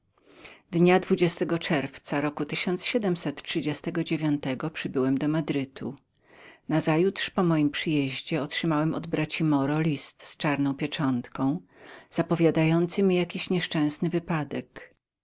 dnia dwudziestego czerwca roku trzydziestego przybyłem do madrytu nazajutrz po moim przyjeździe otrzymałem od braci moro list z czarną pieczętką zapowiadający mi jakiś nieszczęsny wypadek